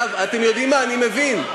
אתם יודעים מה, אני מבין.